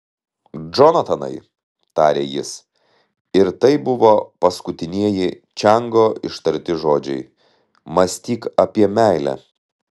džonatanai tarė jis ir tai buvo paskutinieji čiango ištarti žodžiai mąstyk apie meilę